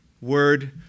word